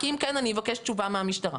כי אם כן, אני אבקש תשובה מהמשטרה.